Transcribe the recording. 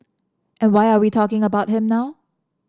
and why are we talking about him now